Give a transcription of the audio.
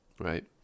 Right